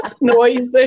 noise